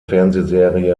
fernsehserie